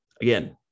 Again